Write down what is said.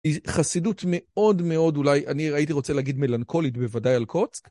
חסידות מאוד מאוד אולי, אני הייתי רוצה להגיד מלנכולית, בוודאי על קוץ.